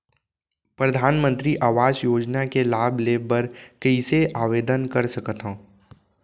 परधानमंतरी आवास योजना के लाभ ले बर कइसे आवेदन कर सकथव?